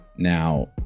Now